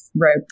Right